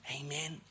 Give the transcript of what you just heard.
Amen